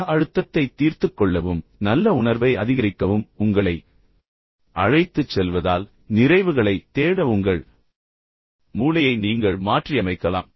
மன அழுத்தத்தைத் தீர்த்துக்கொள்ளவும் நல்ல உணர்வை அதிகரிக்கவும் உங்களை அழைத்துச் செல்வதால் நிறைவுகளைத் தேட உங்கள் மூளையை நீங்கள் மாற்றியமைக்கலாம்